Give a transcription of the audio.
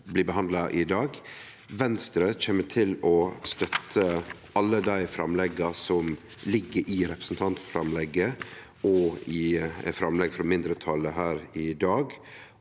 blir behandla i dag. Venstre kjem til å støtte alle dei framlegga som ligg i representantframlegget og i framlegga frå mindretalet her i dag,